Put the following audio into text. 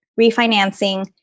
refinancing